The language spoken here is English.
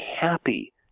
happy